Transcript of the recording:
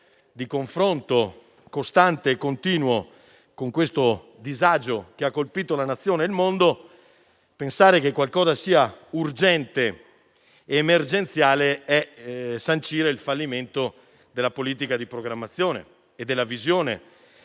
di confronto costante e continuo con questo disagio che ha colpito la Nazione e il mondo, pensare che qualcosa sia urgente ed emergenziale significa sancire il fallimento della politica di programmazione e della visione